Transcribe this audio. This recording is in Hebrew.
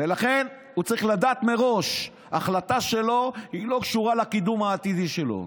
ולכן הוא צריך לדעת מראש שההחלטה שלו לא קשורה לקידום העתידי שלו.